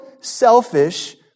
selfish